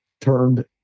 turned